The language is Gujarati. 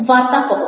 વાર્તા કહો